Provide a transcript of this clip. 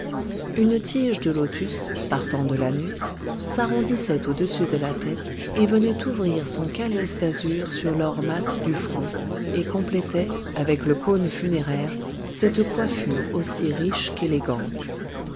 une tige de lotus partant de la nuque s'arrondissait au-dessus de la tête et venait ouvrir son calice d'azur sur l'or mat du front et complétait avec le cône funéraire cette coiffure aussi riche qu'élégante